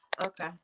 Okay